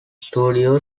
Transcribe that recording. studio